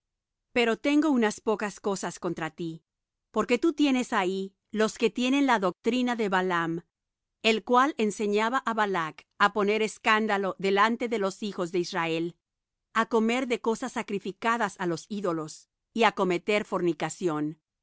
pero tengo unas pocas cosas contra ti porque tú tienes ahí los que tienen la doctrina de ahí los que tienen la doctrina de fcbalaam el cual enseñaba á balac á poner escándalo delante de los hijos de israel á comer de cosas sacrificadas á los ídolos y á cometer fornicación